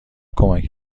کمک